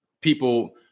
people